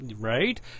Right